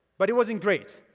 but it wasn't great.